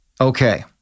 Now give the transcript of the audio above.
Okay